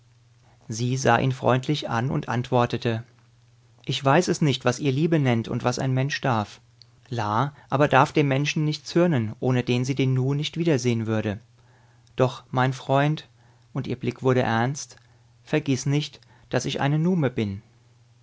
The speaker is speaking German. sie sah ihn freundlich an und antwortete ich weiß es nicht was ihr liebe nennt und was ein mensch darf la aber darf dem menschen nicht zürnen ohne den sie den nu nicht wiedersehn würde doch mein freund und ihr blick wurde ernst vergiß nicht daß ich eine nume bin